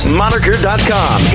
moniker.com